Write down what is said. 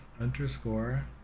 underscore